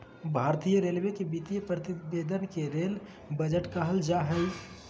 भारतीय रेलवे के वित्तीय प्रतिवेदन के रेल बजट कहल जा हइ